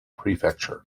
prefecture